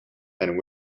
and